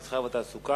המסחר והתעסוקה,